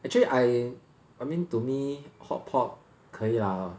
actually I I mean to me hotpot 可以 lah